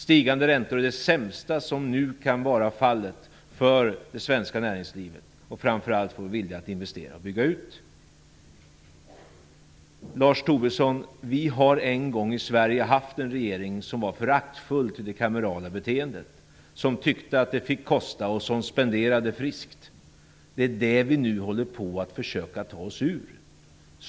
Stigande räntor är det sämsta som nu kan ske för det svenska näringslivet och framför allt för viljan att investera och bygga ut. Lars Tobisson, vi har en gång i Sverige haft en regering i Sverige som var föraktfull till det kamerala beteendet, som tyckte att det fick kosta och spenderade friskt. Det är detta som vi nu försöker att ta oss ur.